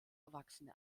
erwachsene